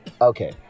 Okay